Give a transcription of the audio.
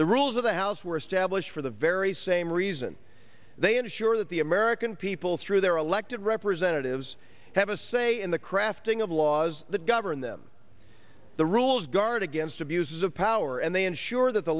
the rules of the house were established for the very same reason they ensure that the american people through their elected representatives have a say in the crafting of laws that govern them the rules guard against abuses of power and they ensure that the